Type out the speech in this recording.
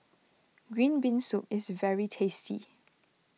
Green Bean Soup is very tasty